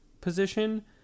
position